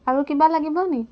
আৰু আৰু কিবা লাগিবনি